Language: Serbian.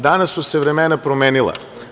Danas su se vremena promenila.